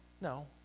No